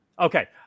Okay